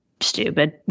stupid